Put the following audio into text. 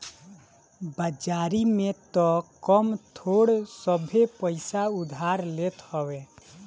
बाजारी में तअ कम थोड़ सभे पईसा उधार लेत हवे